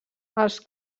els